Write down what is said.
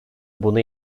bunu